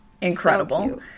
incredible